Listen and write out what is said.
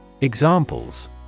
Examples